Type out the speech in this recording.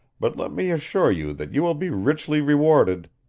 but let me assure you that you will be richly rewarded.